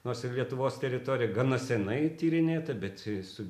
nors ir lietuvos teritorija gana senai tyrinėta bet su